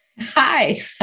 Hi